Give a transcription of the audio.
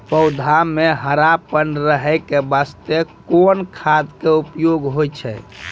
पौधा म हरापन रहै के बास्ते कोन खाद के उपयोग होय छै?